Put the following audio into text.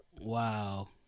Wow